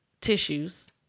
tissues